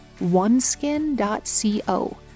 oneskin.co